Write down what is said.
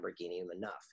enough